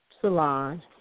salon